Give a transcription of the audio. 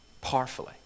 powerfully